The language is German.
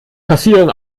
kassieren